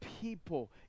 people